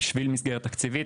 בשביל מסגרת תקציבית,